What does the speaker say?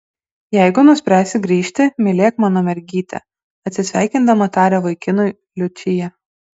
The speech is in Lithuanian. jeigu nuspręsi grįžti mylėk mano mergytę atsisveikindama taria vaikinui liučija